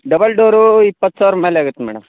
double door ಇಪ್ಪತ್ತು ಸಾವಿರ ಮೇಲೆ ಆಗುತ್ತೆ ಮೇಡಮ್